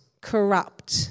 corrupt